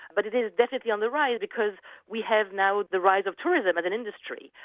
but it is definitely on the rise because we have now the rise of tourism as an industry.